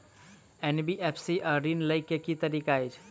NBFC सँ ऋण लय केँ की तरीका अछि?